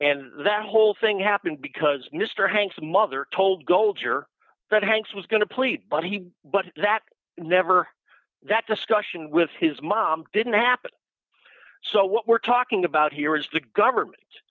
and that whole thing happened because mr hanks mother told goal juror that hanks was going to plead but he but that never that discussion with his mom didn't happen so what we're talking about here is the government